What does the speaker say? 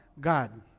God